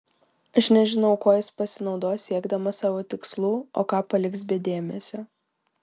aš nežinau kuo jis pasinaudos siekdamas savo tikslų o ką paliks be dėmesio